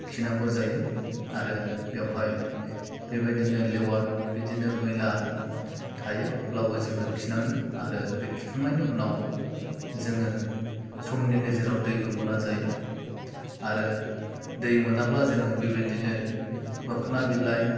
खिनांगौ जायो आरो बेवहाय बेबायदिनो लेवाद बिदिनो मैला थायो अब्लाबो जोङो खिनाङो आरो बे खिखांनायनि उनाव जोङो समनि गेजेराव दैबो मोना जायो आरो दै मोनाब्ला जोङो बेबायदिनो मोखोना बिलाइ